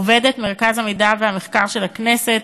עובדת מרכז המידע והמחקר של הכנסת,